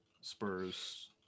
Spurs